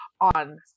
on